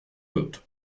wird